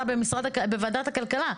עשה בוועדת הכלכלה,